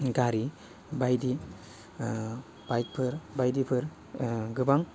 गारि बायदि बाइकफोर बायदिफोर गोबां